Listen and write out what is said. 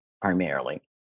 primarily